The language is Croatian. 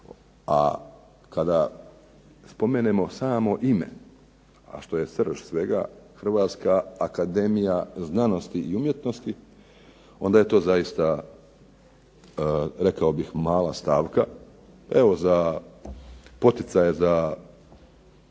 a kada spomenemo samo ime, a što je srž toga, Hrvatska akademija znanosti i umjetnosti, onda je to zaista rekao bih mala stavka. Evo za poticaje za